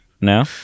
no